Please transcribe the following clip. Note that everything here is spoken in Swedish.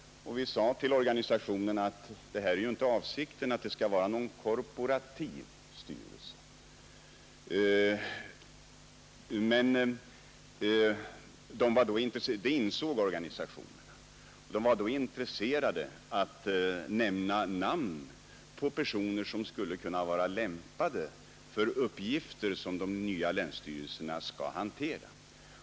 Vi sade till organisationerna att det inte är avsikten att det skall vara någon korporativ styrelse. Det insåg organisationerna. Men vi var intresserade av att de nämnde namn på personer vilka skulle kunna vara lämpade för uppgifter som de nya länsstyrelserna skall hantera.